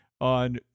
on